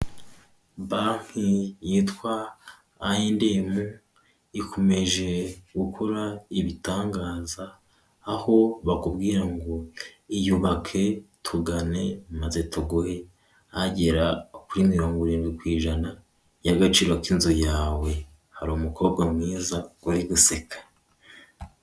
Banki yitwa ayendemu ikomeje gukora ibitangaza, aho bakubwira ngo iyubake, tugane maze tuguhe agera kuri mirongo irindwi ku ijana y'agaciro k'inzu yawe, hari umukobwa mwiza urigaseka.